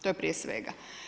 To je prije svega.